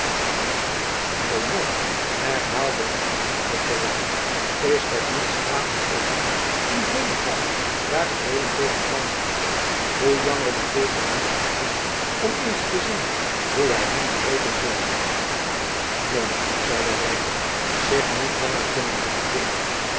beaumont herhaalde de abt met verrukking is dat niet s graven oom die henegouwer daar adeelen tegen kampte hoe jammer dat deze niet hier is om eens te zien hoe wij hem wreken zullen monnik zeide reinout zich niet langer kunnende bedwingen